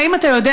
האם אתה יודע,